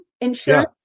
insurance